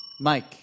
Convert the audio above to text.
Mike